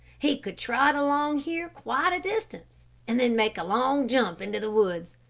he could trot along here quite a distance and then make a long jump into the woods.